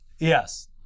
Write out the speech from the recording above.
Yes